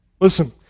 Listen